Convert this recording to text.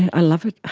i love it.